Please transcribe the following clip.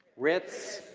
ritz.